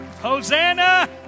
Hosanna